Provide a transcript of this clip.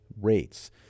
rates